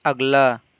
اگلا